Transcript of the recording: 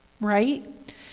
right